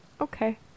okay